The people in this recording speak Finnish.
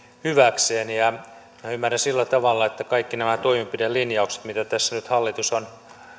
hyväkseen ja minä ymmärrän sillä tavalla että kaikki nämä toimenpidelinjaukset mitä tässä nyt hallitus on